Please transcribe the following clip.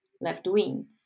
left-wing